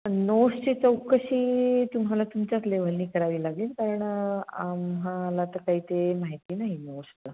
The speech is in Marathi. नोट्सची चौकशी तुम्हाला तुमच्याच लेव्हलनी करावी लागेल कारण आम्हाला तर काही ते माहिती नाही नोट्सचं